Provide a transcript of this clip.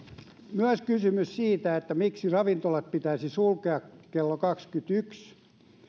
myös kysymys miksi ravintolat pitäisi sulkea kello kaksikymmentäyksi